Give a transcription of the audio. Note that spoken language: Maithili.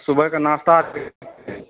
सुबहके नाश्ता